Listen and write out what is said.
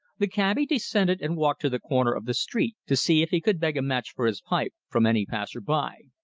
the cabby descended and walked to the corner of the street to see if he could beg a match for his pipe from any passer-by.